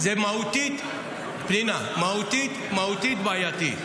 פנינה, מהותית זה בעייתי.